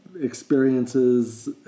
experiences